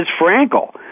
Frankel